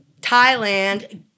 Thailand